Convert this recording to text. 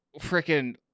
freaking